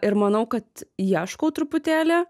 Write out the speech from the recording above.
ir manau kad ieškau truputėlį